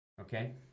Okay